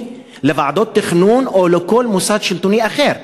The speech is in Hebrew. לוועדות תכנון או לכל מוסד שלטוני אחר.